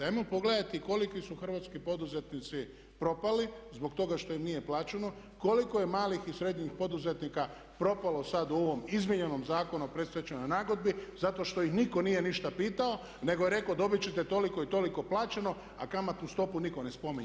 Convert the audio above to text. Hajmo pogledati koliki su hrvatski poduzetnici propali zbog toga što im nije plaćeno, koliko je malih i srednjih poduzetnika propalo sad u ovom izmijenjenom Zakonu o predstečajnoj nagodbi zato što ih nitko nije ništa pitao, nego je rekao dobit ćete toliko i toliko i toliko plaćeno, a kamatnu stopu nitko ne spominje.